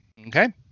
Okay